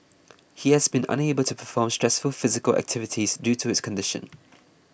he has been unable to perform stressful physical activities due to his condition